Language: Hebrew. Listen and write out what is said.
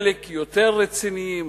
חלק יותר רציניים,